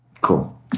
Cool